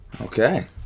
Okay